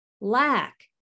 lack